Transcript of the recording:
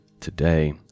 today